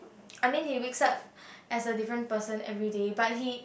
I mean he wakes up as a different person everyday but he